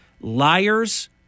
Liars